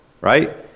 Right